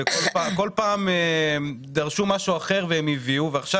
וכל פעם דרשו משהו אחר והם הביאו ועכשיו